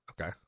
Okay